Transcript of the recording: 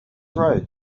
road